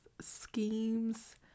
schemes